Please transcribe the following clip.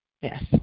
Yes